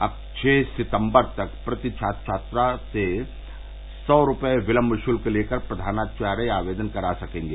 अब छह सितम्बर तक प्रति छात्र छात्रा से सौ रूपये विलम्ब षुल्क लेकर प्रधानाचार्य आवेदन करा सकेंगे